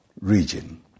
region